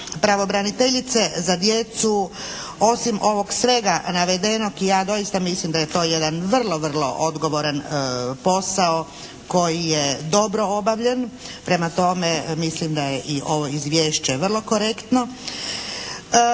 pravobraniteljice za djecu osim ovog svega navedenog i ja doista mislim da je to jedan vrlo vrlo odgovoran posao koji je dobro obavljen, prema tome mislim da je i ovo izvješće vrlo korektno.